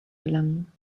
gelangen